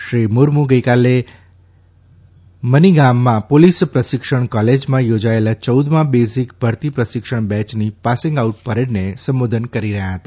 શ્રી મુર્મુ ગઇકાલે ગાન્ડરબલના મનીગામમાં પોલીસ પ્રશિક્ષણ કોલેજમાં યોજાયેલા યૌદમા બેસીક ભરતી પ્રશિક્ષણ બેચની પાસિંગ આઉટ પરેડ ને સંબોધન કરી રહ્યા હતા